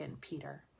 Peter